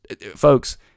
folks